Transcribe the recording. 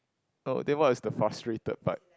oh then what is the frustrated part